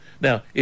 now